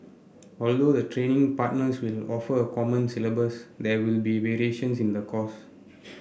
although the training partners will offer a common syllabus there will be variations in the course